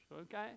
okay